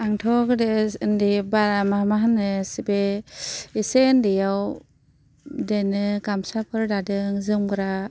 आंथ' गोदो उन्दै बारा मा मा होनो बे एसे उन्दैआव बिदिनो गामसाफोर दादों जोमग्रा